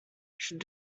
should